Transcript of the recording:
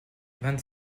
vingt